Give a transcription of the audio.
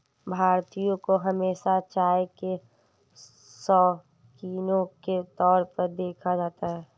भारतीयों को हमेशा चाय के शौकिनों के तौर पर देखा जाता है